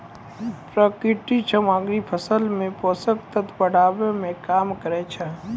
प्राकृतिक सामग्री फसल मे पोषक तत्व बढ़ाय में काम करै छै